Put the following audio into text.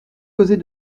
causer